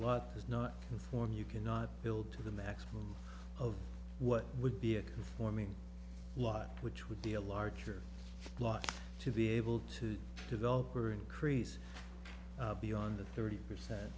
law is not inform you cannot build to the maximum of what would be a conforming law which would be a larger lot to be able to develop or increase beyond the thirty percent